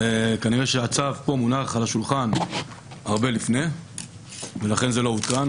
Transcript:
וכנראה שהצו מונח פה על השולחן הרבה לפני ולכן זה לא עודכן.